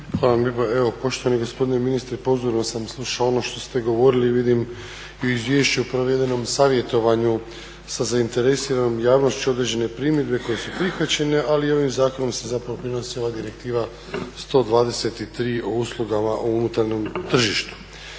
Hvala vam lijepa. Evo poštovani gospodine ministre, pozorno sam slušao ono što ste govorili i vidim i u izvješću provedenom savjetovanju sa zainteresiranom javnošću određene primjedbe koje su prihvaćene ali i ovom zakonom se zapravo prenosi ova direktiva 123 o uslugama o unutarnjem tržištu.